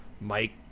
Mike